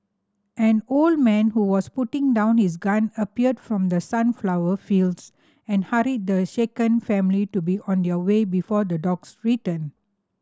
an old man who was putting down his gun appeared from the sunflower fields and hurried the shaken family to be on their way before the dogs return